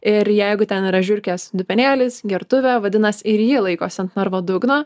ir jeigu ten yra žiurkės dubenėlis gertuvė vadinas ir ji laikosi ant narvo dugno